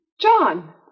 John